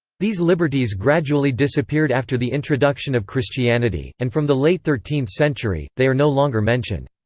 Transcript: these liberties gradually disappeared after the introduction of christianity, and from the late thirteenth century, they are no longer mentioned.